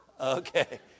Okay